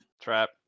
trap